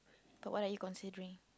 but what are you considering